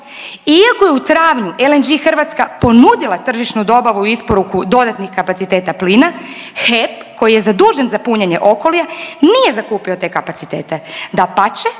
iako je u travnju LNG Hrvatska ponudila tržišnu dobavu i isporuku dodatnih kapaciteta plina HEP koji je zadužen za punjenje Okolija nije zakupio te kapacitete, dapače